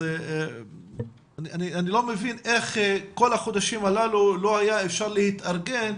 אני קוראת לשרה אורלי לוי אבקסיס לשתף פעולה.